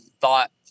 thought